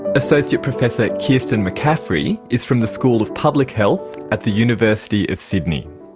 associate professor kirsten mccaffery is from the school of public health at the university of sydney.